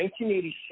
1987